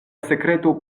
sekreto